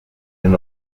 den